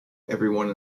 everyone